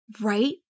right